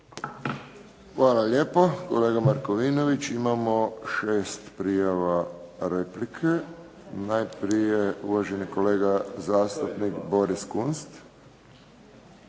Hvala lijepo kolega Markovinović. Imamo 6 prijava replike. Najprije uvaženi kolega zastupnik Boris Kunst.